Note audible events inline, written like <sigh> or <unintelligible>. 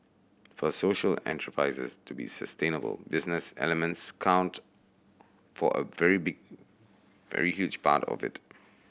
for social enterprises to be sustainable business elements count for a very <unintelligible> very huge part of it